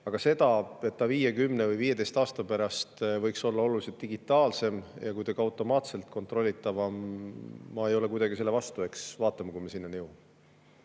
Aga et see 50 või 15 aasta pärast võiks olla oluliselt digitaalsem ja kuidagi automaatselt kontrollitav – ma ei ole kuidagi selle vastu. Eks vaatame, kui me sinnani